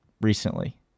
recently